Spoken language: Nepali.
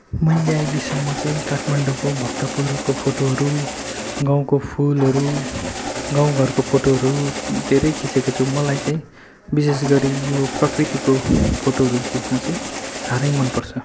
मैले अहिलेसम्म चाहिँ काठमाडौँको भक्तपुरको फोटोहरू गाउँको फुलहरू गाउँ घरको फोटोहरू धेरै खिचेको छु मलाई चाहिँ विशेष गरी यो प्रकृतिको फोटोहरू खिच्न चाहिँ साह्रै मनपर्छ